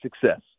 success